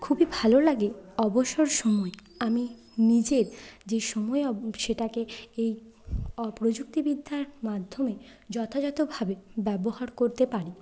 খুবই ভাল লাগে অবসর সময় আমি নিজের যে সময় অব সেটাকে এই অ প্রযুক্তিবিদ্যার মাধ্যমে যথাযথভাবে ব্যবহার করতে পারি